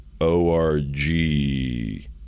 O-R-G